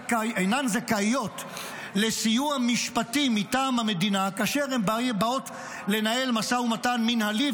זכאיות לסיוע משפטי מטעם המדינה כאשר הן באות לנהל משא ומתן מינהלי,